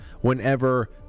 whenever